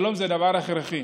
שלום זה דבר הכרחי,